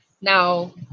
Now